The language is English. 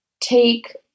take